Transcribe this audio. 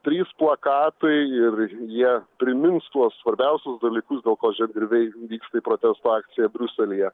trys plakatai ir jie primins tuos svarbiausius dalykus dėl ko žemdirbiai vyksta į protesto akciją briuselyje